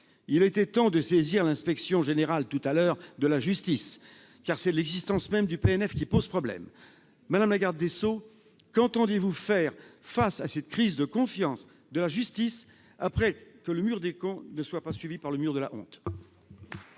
Il était temps de saisir l'inspection générale de la justice, car c'est l'existence même du PNF qui pose problème. Madame la garde des sceaux, qu'entendez-vous faire face à cette crise de confiance envers la justice, pour que, après le « mur des cons », ne s'érige pas le « mur de la honte »